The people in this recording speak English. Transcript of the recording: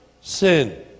sin